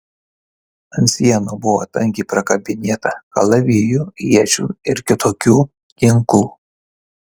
ant sienų buvo tankiai prikabinėta kalavijų iečių ir kitokių ginklų